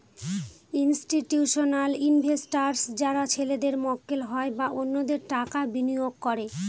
institutional investors যারা ছেলেদের মক্কেল হয় বা অন্যদের টাকা বিনিয়োগ করে